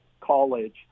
college